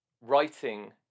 writing